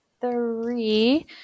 three